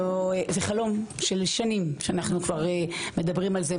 זה חלום של שנים שאנחנו כבר מדברים על זה,